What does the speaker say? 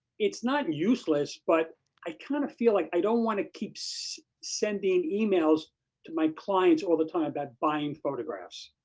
it's not useless but i kind of feel like i don't wanna keep so sending emails to my clients all the time about buying photographs.